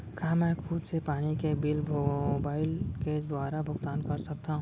का मैं खुद से पानी के बिल मोबाईल के दुवारा भुगतान कर सकथव?